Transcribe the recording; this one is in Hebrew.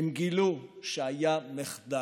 הם גילו שהיה מחדל,